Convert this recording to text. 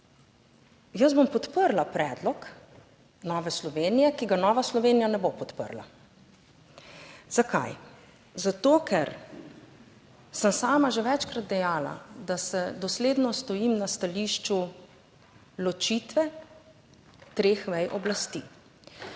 jaz bom podprla predlog Nove Slovenije, ki ga Nova Slovenija ne bo podprla. Zakaj,? Zato, ker sem sama že večkrat dejala, da se dosledno stojim na stališču ločitve treh vej oblasti.